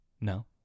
No